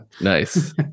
Nice